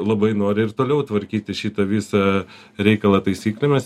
labai nori ir toliau tvarkyti šitą visą reikalą taisyklėmis